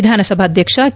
ವಿಧಾನ ಸಭಾಧ್ಯಕ್ಷ ಕೆ